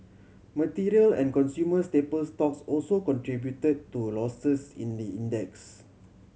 material and consumer staple stocks also contributed to losses in the index